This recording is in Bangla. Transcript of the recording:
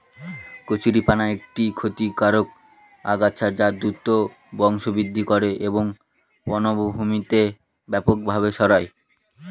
কচুরিপানা একটি ক্ষতিকারক আগাছা যা দ্রুত বংশবৃদ্ধি করে এবং প্লাবনভূমিতে ব্যাপকভাবে ছড়ায়